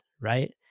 Right